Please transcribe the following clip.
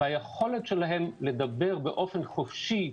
והיכולת שלהם לדבר באופן חופשי,